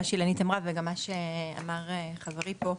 בהמשך למה שאילנית וחברי אמרו פה,